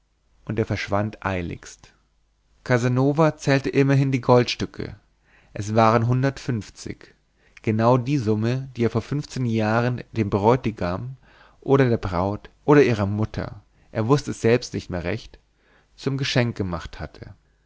und er verschwand eiligst casanova zählte immerhin die goldstücke es waren hundertfünfzig genau die summe die er vor fünfzehn jahren dem bräutigam oder der braut oder ihrer mutter er wußte es selbst nicht mehr recht zum geschenk gemacht hatte